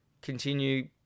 Continue